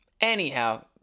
anyhow